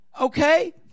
Okay